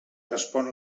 respon